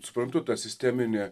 suprantu ta sisteminė